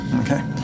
Okay